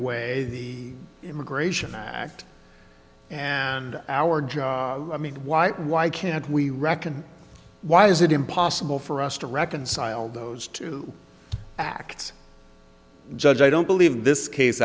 way the immigration act and our job i mean white why can't we reckon why is it impossible for us to reconcile those two acts judge i don't believe this case